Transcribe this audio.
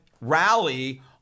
rally